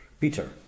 Peter